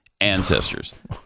ancestors